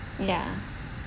ya